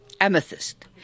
amethyst